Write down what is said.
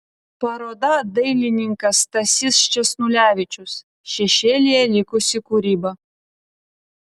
paroda dailininkas stasys sčesnulevičius šešėlyje likusi kūryba